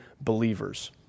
believers